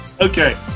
Okay